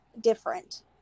different